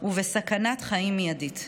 ובסכנת חיים מיידית.